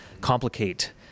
complicate